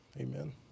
Amen